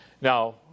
Now